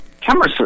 camera